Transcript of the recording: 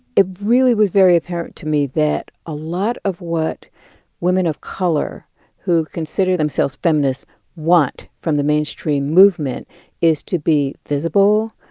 it really was very apparent to me that a lot of what women of color who consider themselves feminists want from the mainstream movement is to be visible,